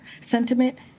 sentiment